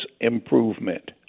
improvement